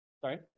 Sorry